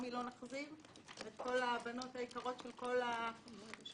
רומי ואת כל הבנות היקרות וצור